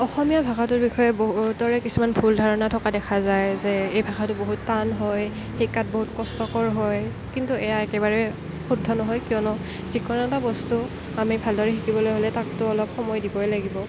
অসমীয়া ভাষাটোৰ বিষয়ে বহুতৰে কিছুমান ভুল ধাৰণা থকা দেখা যায় যে এই ভাষাটো বহুত টান হয় শিকাত বহুত কষ্টকৰ হয় কিন্তু এয়া একেবাৰে শুদ্ধ নহয় কিয়নো যিকোনো এটা বস্তু আমি ভালদৰে শিকিবলৈ হ'লে তাকতো অলপ সময় দিবই লাগিব